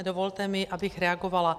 Dovolte mi, abych reagovala.